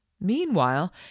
meanwhile